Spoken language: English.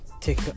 Take